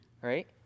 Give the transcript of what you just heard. right